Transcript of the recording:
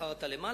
מחר אתה למעלה,